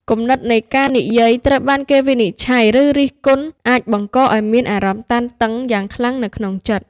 គំនិតនៃការនិយាយត្រូវបានគេវិនិច្ឆ័យ ឬរិះគន់អាចបង្កឱ្យមានអារម្មណ៍តានតឹងយ៉ាងខ្លាំងនៅក្នុងចិត្ត។